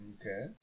Okay